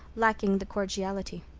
lacking the cordiality.